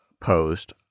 post